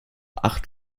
acht